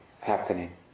happening